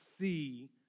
see